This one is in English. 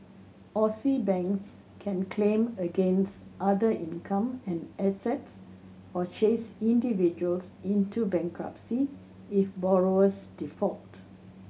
Aussie banks can claim against other income and assets or chase individuals into bankruptcy if borrowers default